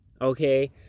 okay